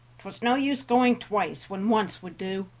twas no use going twice when once would do,